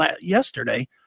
yesterday